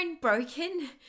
Broken